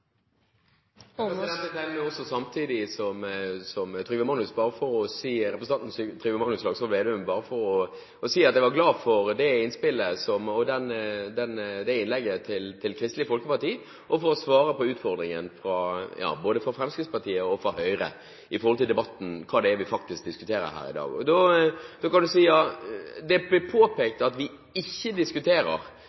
Trygve Slagsvold Vedum bare for å si at jeg var glad for det innspillet og det innlegget til Kristelig Folkeparti, og for å svare på utfordringen fra både Fremskrittspartiet og Høyre i forhold til debatten – hva det er vi faktisk diskuterer i dag. Det ble påpekt at vi ikke diskuterer det store behovet som ligger i opprustning på grunn av etterslepet i vann- og avløpsverket. Nei, det er helt riktig. Det